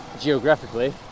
geographically